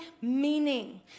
meaning